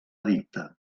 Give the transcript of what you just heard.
edicte